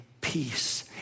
peace